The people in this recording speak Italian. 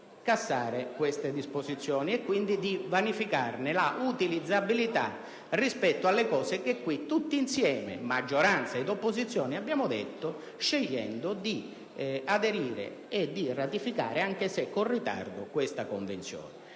cassare queste disposizioni e, quindi, di vanificarne la utilizzabilità. Ciò rispetto alle cose che qui tutti insieme, maggioranza ed opposizione, abbiamo detto scegliendo di aderire e di ratificare, anche se con ritardo, questa Convenzione.